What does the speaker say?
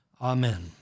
Amen